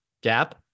gap